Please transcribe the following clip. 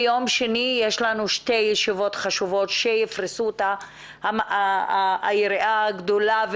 ביום שני נערוך שתי ישיבות חשובות שיפרסו את היריעה הגדולה,